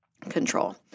control